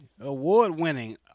Award-winning